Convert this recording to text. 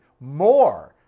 more